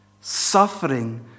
Suffering